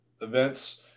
events